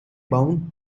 bound